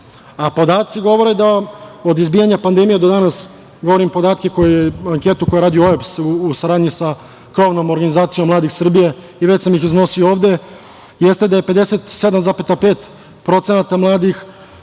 Podaci govore da od izbijanja pandemije do danas, govorim podatke iz ankete koju je radio OEBS, u saradnji sa Krovnom organizacijom mladih Srbije, i već sam ih iznosio ovde, jeste da je 57,5% mladih